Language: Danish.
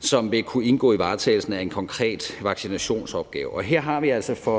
som vil kunne indgå i varetagelsen af en konkret vaccinationsopgave, og her har vi altså –